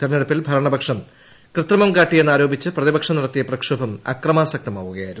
തെരഞ്ഞെടുപ്പിൽ ഭരണപക്ഷം കൃത്രിമം കാട്ടി എന്നാരോപിച്ച് പ്രതിപക്ഷം നടത്തിയ പ്രക്ഷോഭം അക്രമാസക്തമാകുകയായിരുന്നു